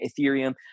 ethereum